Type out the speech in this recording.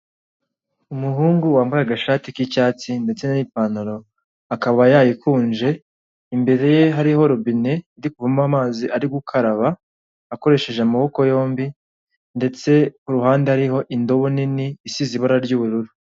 Umuhungu wambaye agashati k'icyatsi ndetse n'ipantaro akaba yayikunje, imbere ye hariho rubine iri kuvamo amazi ari gukaraba akoresheje amaboko yombi ndetse iruhande hariho indobo nini isize ibara ry'ubururu.